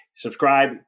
subscribe